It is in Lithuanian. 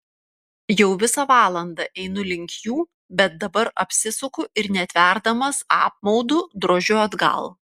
jau visą valandą einu link jų bet dabar apsisuku ir netverdamas apmaudu drožiu atgal